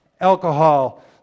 alcohol